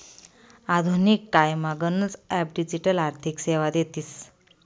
आधुनिक कायमा गनच ॲप डिजिटल आर्थिक सेवा देतीस